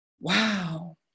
wow